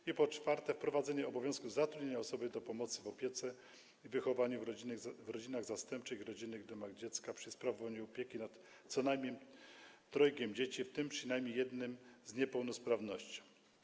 I po czwarte, wprowadzenie obowiązku zatrudnienia osoby do pomocy w opiece i wychowaniu w rodzinach zastępczych i rodzinnych domach dziecka przy sprawowaniu opieki nad co najmniej trojgiem dzieci, w tym przynajmniej jednym z niepełnosprawnością.